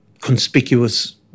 conspicuous